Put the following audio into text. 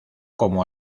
como